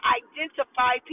identify